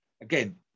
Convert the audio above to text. Again